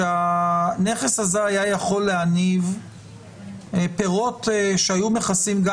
שהנכס הזה היה יכול להניב פירות שהיו מכסים גם